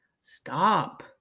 stop